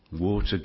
water